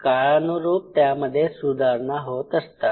काळानुरूप त्यामध्ये सुधारणा होत असतात